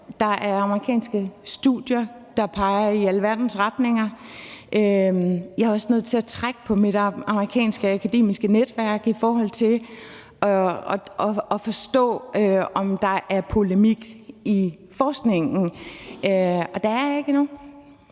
Der er amerikanske studier, der peger i alverdens retninger. Jeg er også nødt til at trække på mit amerikanske akademiske netværk i forhold til at forstå, om der er polemik i forskningen, og der er jeg ikke endnu.